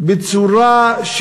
היא צורה,